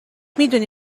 میدونی